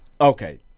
Okay